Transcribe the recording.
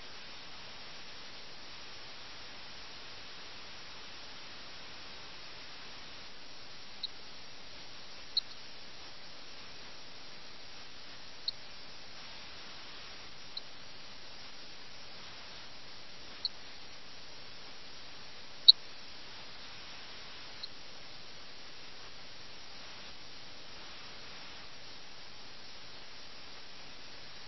ഗൃഹാതുരത്വത്തിന്റെ തകർച്ചയ്ക്കൊപ്പം സാമൂഹിക ക്രമവും തകരുകയാണ് കാരണം ആരും അവരുടെ ഉത്തരവാദിത്തമോ സാമൂഹിക കടമകളോ നിർവഹിക്കുന്നില്ല